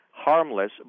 harmless